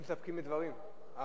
אם מסתפקים בדבריו, לא